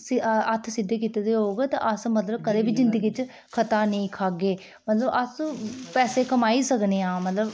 हत्थ सिद्धे कीते दे होग ते अस मतलब कदें बी जिंदगी च खता नेईं खाह्गे मतलब अस पैसे कमाई सकने आं मतलब